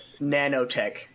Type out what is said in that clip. Nanotech